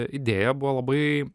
idėja buvo labai